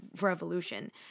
Revolution